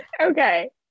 Okay